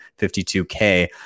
52K